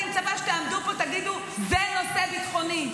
אני מצפה שתעמדו פה ותגידו: זה נושא ביטחוני,